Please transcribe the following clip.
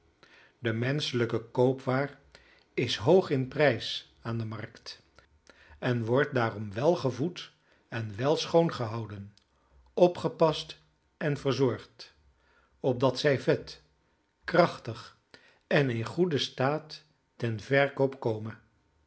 de menschelijke koopwaar is hoog in prijs aan de markt en wordt daarom wel gevoed en wel schoongehouden opgepast en verzorgd opdat zij vet krachtig en in goeden staat ten verkoop kome